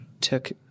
took